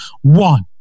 one